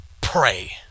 pray